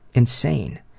insane.